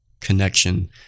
connection